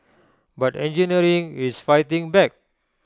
but engineering is fighting back